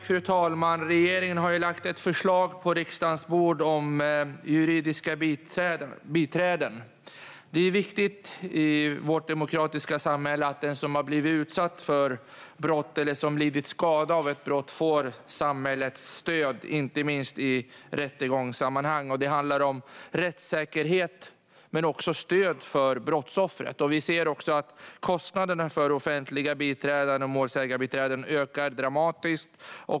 Fru talman! Regeringen har lagt ett förslag på riksdagens bord om juridiska biträden. Det är viktigt i vårt demokratiska samhälle att den som blivit utsatt för ett brott eller lidit skada av ett brott får samhällets stöd inte minst i rättegångssammanhang. Det handlar om rättssäkerhet men också om stöd för brottsoffret. Vi ser att kostnaderna för offentliga biträden och målsägandebiträden ökar dramatiskt.